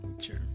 sure